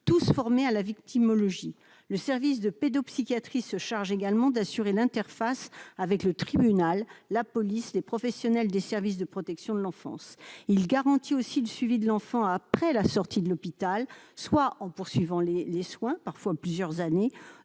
tous formés à la victimologie le service de pédopsychiatrie se charge également d'assurer l'interface avec le tribunal, la police, les professionnels des services de protection de l'enfance, il garantit aussi le suivi de l'enfant après la sortie de l'hôpital soit en poursuivant les les soins parfois plusieurs années